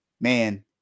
Man